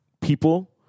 people